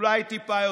אולי טיפה יותר.